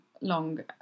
long